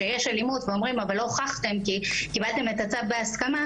כשיש אלימות ואומרים שלא הוכחנו כי קיבלנו את הצו בהסכמה,